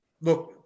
look